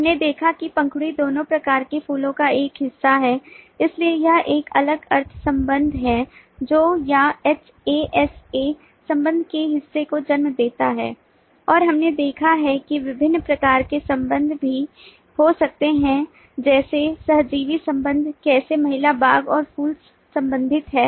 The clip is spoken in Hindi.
हमने देखा कि पंखुड़ी दोनों प्रकार के फूलों का एक हिस्सा है इसलिए यह एक अलग अर्थ संबंध है जो या HAS A संबंध के हिस्से को जन्म देता है और हमने देखा कि विभिन्न प्रकार के संबंध भी हो सकते हैं जैसे सहजीवी संबंध कैसे महिला बग और फूल संबंधित हैं